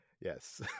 Yes